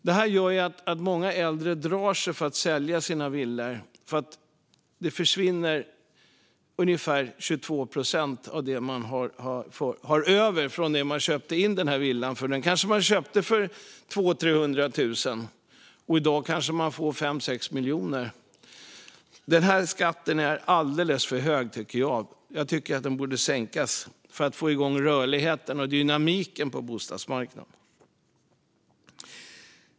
Detta gör att många äldre drar sig för att sälja sina villor - det försvinner ju ungefär 22 procent av det man har över från villan. Den kanske man köpte för 200 000-300 000, och i dag kanske man får 5-6 miljoner för den. Den här skatten är alldeles för hög, tycker jag. Jag tycker att den borde sänkas för att få igång rörligheten och dynamiken på bostadsmarknaden.